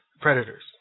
predators